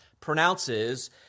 pronounces